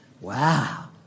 Wow